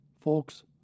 Folks